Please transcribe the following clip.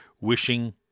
Wishing